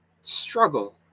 struggle